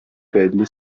peli